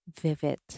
vivid